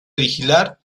vigilar